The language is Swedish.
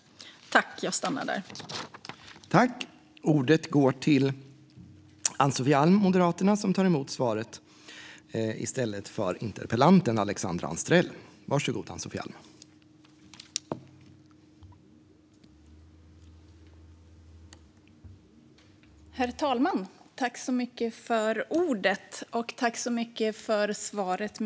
Då Alexandra Anstrell , som framställt interpellationen, anmält att hon var förhindrad att närvara vid sammanträdet medgav talmannen att Ann-Sofie Alm i stället fick delta i debatten.